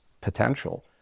potential